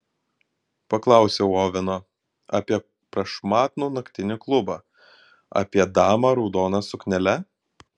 paklausiau oveno apie prašmatnų naktinį klubą apie damą raudona suknele